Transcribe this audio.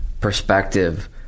perspective